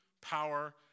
power